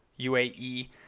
UAE